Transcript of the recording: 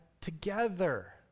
together